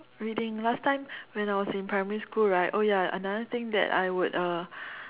reading last time when I was in primary school right oh ya another thing that I would uh